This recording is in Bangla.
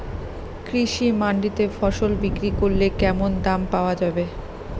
কৃষি মান্ডিতে ফসল বিক্রি করলে কেমন দাম পাওয়া যাবে?